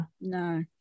no